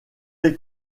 les